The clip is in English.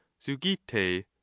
zugite